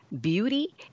beauty